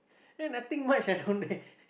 eh nothing much ah down there